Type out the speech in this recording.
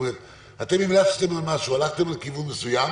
אתם המלצתם על משהו, הלכתם לכיוון מסוים,